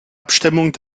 abstimmung